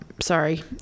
sorry